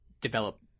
develop